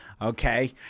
Okay